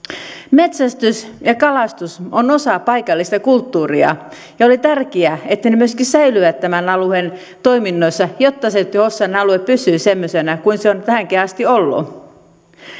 metsästys ja kalastus on osa paikallista kulttuuria ja oli tärkeää että ne myöskin säilyivät tämän alueen toiminnoissa jotta hossan alue pysyy semmoisena kuin se on tähänkin asti ollut